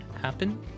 happen